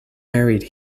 buried